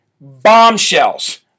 bombshells